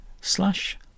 slash